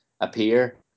appear